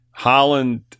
Holland